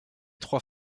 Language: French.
trois